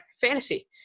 fantasy